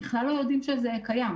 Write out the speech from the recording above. הם בכלל לא יודעים שזה קיים.